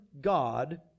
God